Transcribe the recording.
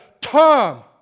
Tom